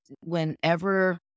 whenever